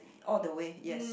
all the way yes